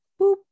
Boop